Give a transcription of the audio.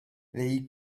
they